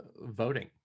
voting